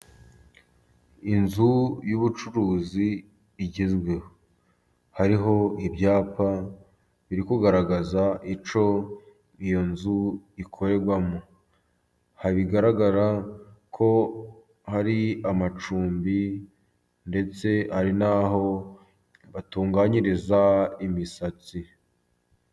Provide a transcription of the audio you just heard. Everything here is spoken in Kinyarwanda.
Inzu y'ubucuruzi igezweho. Hariho ibyapa biri kugaragaza icyo iyo nzu ikorerwamo. Hari ibigaragara ko hari amacumbi, ndetse ari naho batunganyiriza imisatsi.